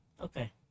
okay